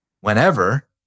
whenever